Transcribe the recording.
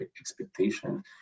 expectation